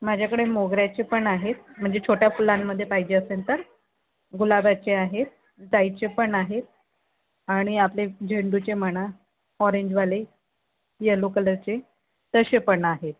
माझ्याकडे मोगऱ्याचे पण आहे म्हणजे छोट्या फुलांमध्ये पाहिजे असेल तर गुलाबाचे आहे जाईचे पण आहे आणि आपले झेंडूचे म्हणा ऑरेन्जवाले यलो कलरचे तसे पण आहे